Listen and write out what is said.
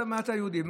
במה אתה יהודי?